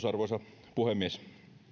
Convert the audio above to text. arvoisa puhemies